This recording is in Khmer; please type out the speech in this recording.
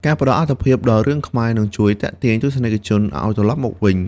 ការផ្តល់អាទិភាពដល់រឿងខ្មែរនឹងជួយទាក់ទាញទស្សនិកជនឲ្យត្រឡប់មកវិញ។